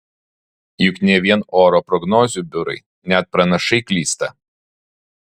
juk ne vien oro prognozių biurai net pranašai klysta